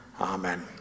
Amen